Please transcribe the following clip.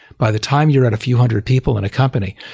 by the time you're at a few hundred people in a company,